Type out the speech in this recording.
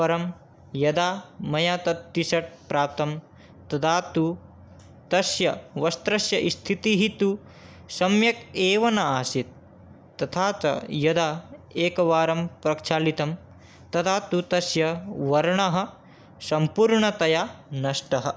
परं यदा मया तत् टिशर्ट् प्राप्तं तदा तु तस्य वस्त्रस्य स्थितिः तु सम्यक् एव न आसीत् तथा च यदा एकवारं प्रक्षालितं तदा तु तस्य वर्णः सम्पूर्णतया नष्टः